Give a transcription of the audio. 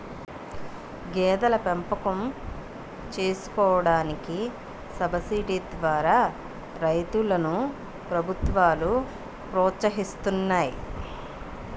గేదెల పెంపకం చేసుకోడానికి సబసిడీ ద్వారా రైతులను ప్రభుత్వాలు ప్రోత్సహిస్తున్నాయి